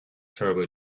turbo